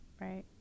right